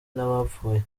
n’abapfuye